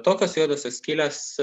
tokios juodosios skylės